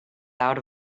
out